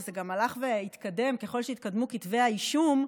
וזה גם הלך והתקדם ככל שהתקדמו כתבי האישום,